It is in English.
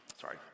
Sorry